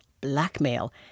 blackmail